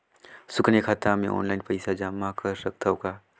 सुकन्या खाता मे ऑनलाइन पईसा जमा कर सकथव का?